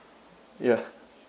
yeah